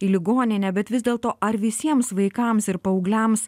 į ligoninę bet vis dėlto ar visiems vaikams ir paaugliams